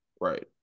right